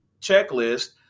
checklist